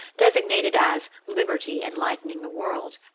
designated as liberty enlightening the world.